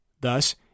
Thus